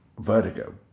vertigo